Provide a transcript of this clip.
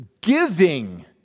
giving